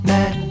Mad